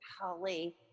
Holly